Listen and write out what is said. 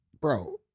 Bro